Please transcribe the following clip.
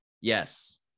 Yes